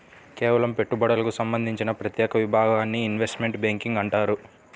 కేవలం పెట్టుబడులకు సంబంధించిన ప్రత్యేక విభాగాన్ని ఇన్వెస్ట్మెంట్ బ్యేంకింగ్ అంటారు